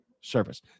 Service